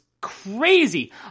crazy